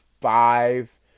five